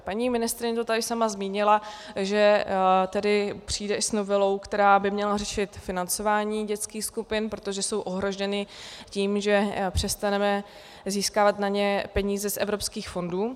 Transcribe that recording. Paní ministryně to tady sama zmínila, že přijde s novelou, která by měla řešit financování dětských skupin, protože jsou ohroženy tím, že na ně přestaneme získávat peníze z evropských fondů.